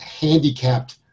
handicapped